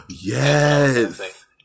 Yes